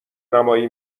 نمایی